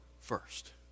first